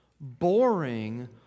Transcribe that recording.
boring